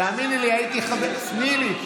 תאמיני לי, הייתי חבר, תני לי.